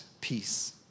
peace